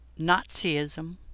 Nazism